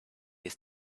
his